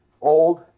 old